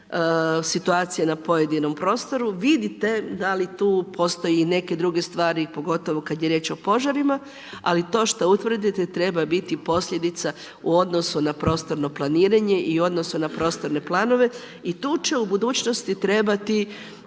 situacije na pojedinom prostoru, vidite da li tu postoje i neke druge stvari, pogotovo kada je riječ o požarima, ali to što utvrdite treba biti posljedica u odnosu na prostorno planiranje i u odnosu na prostorne planove. I tu će u budućnosti trebati